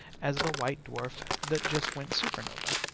as the white dwarf that just went supernova.